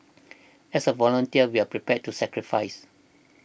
as a volunteer we are prepared to sacrifice